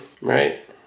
right